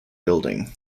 building